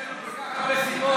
יש לנו כל כך הרבה סיבות,